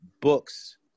books